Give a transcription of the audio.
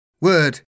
Word